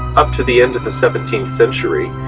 up to the end of the seventeenth century,